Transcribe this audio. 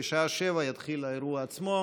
בשעה 19:00 יתחיל האירוע עצמו.